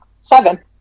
Seven